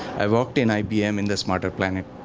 i worked in ibm in the smarter planet